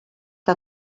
que